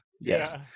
yes